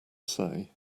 say